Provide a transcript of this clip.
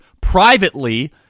Privately